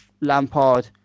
Lampard